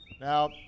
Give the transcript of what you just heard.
Now